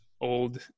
old